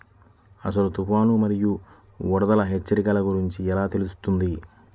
అసలు తుఫాను మరియు వరదల హెచ్చరికల గురించి ఎలా తెలుస్తుంది?